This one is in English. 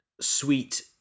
sweet